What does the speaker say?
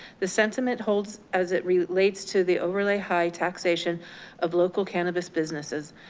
the sentiment holds as it relates to the overlay high taxation of local cannabis businesses.